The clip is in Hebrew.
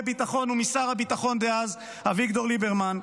ביטחון ומשר הביטחון דאז אביגדור ליברמן,